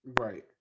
Right